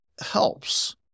helps